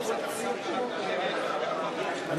אדוני היושב-ראש,